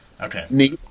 Okay